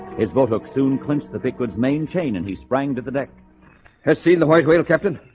his boat hook soon clinched the thick woods maintained and he sprang to the deck has seen the white whale captain